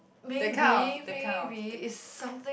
maybe maybe it's something